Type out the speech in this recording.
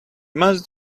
must